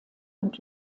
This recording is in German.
und